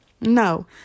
no